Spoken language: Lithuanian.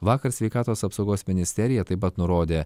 vakar sveikatos apsaugos ministerija taip pat nurodė